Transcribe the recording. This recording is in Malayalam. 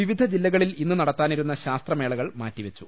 വിവിധ ജില്ലകളിൽ ഇന്നു നടത്താനിരുന്ന ശാസ്ത്രമേളകൾ മാറ്റിവെ ച്ചു